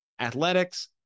athletics